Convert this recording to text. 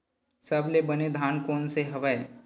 सबले बने धान कोन से हवय?